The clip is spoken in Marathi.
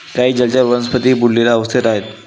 काही जलचर वनस्पतीही बुडलेल्या अवस्थेत आहेत